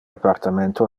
appartamento